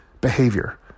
behavior